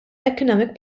economic